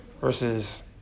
versus